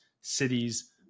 cities